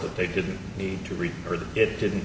that they didn't need to read or it didn't